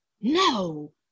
no